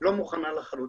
לא מוכנה לחלוטין.